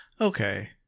okay